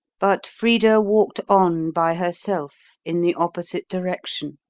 but frida walked on by herself, in the opposite direction,